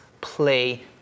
play